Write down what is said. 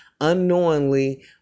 unknowingly